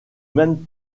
même